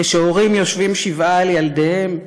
כשהורים יושבים שבעה על ילדיהם,